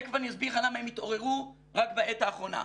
תיכף אני אסביר לך למה הם התעוררו רק בעת האחרונה.